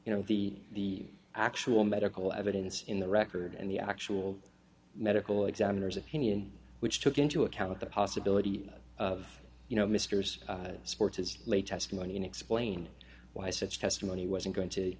you know the actual medical evidence in the record and the actual medical examiner's opinion which took into account the possibility of you know misters sports as late testimony in explaining why such testimony wasn't going to